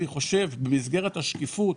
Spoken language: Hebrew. במסגרת השקיפות,